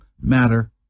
matter